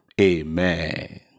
Amen